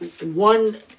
one